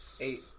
eight